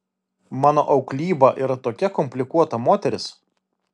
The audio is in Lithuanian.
mano auklyba yra tokia komplikuota moteris